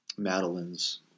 Madeline's